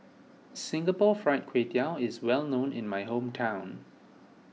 Singapore Fried Kway Tiao is well known in my hometown